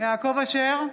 יעקב אשר,